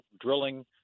drilling